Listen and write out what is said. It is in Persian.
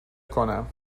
کنم